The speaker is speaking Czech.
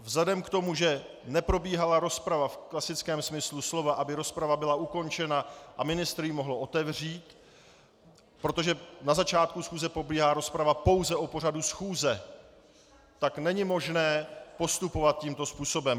Vzhledem k tomu, že neprobíhala rozprava v klasickém smyslu slova, aby rozprava byla ukončena a ministr ji mohl otevřít protože na začátku schůze probíhá rozprava pouze o pořadu schůze, tak není možné postupovat tímto způsobem.